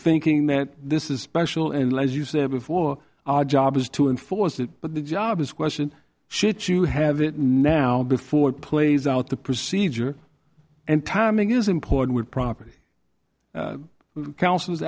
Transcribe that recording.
thinking that this is special and as you said before our job is to enforce it but the job is question shit you have it now before it plays out the procedure and timing is important property council